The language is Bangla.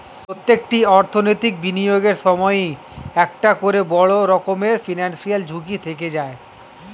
প্রত্যেকটি অর্থনৈতিক বিনিয়োগের সময়ই একটা করে বড় রকমের ফিনান্সিয়াল ঝুঁকি থেকে যায়